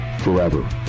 forever